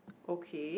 okay